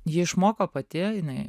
ji išmoko pati jinai